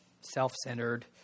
self-centered